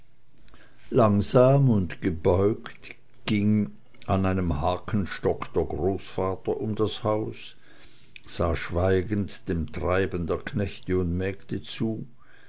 langsam und gebeugt ging an einem hakenstock der großvater um das haus sah schweigend dem treiben der knechte und mägde zu